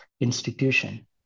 institution